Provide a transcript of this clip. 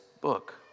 book